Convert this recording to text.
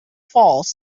false